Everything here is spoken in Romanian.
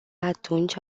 atunci